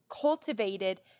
cultivated